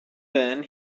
then